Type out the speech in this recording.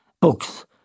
books